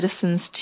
citizens